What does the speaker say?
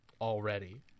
Already